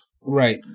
right